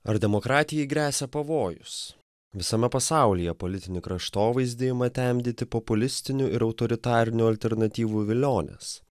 ar demokratijai gresia pavojus visame pasaulyje politinį kraštovaizdį ima temdyti populistinių ir autoritarinių alternatyvų vilionės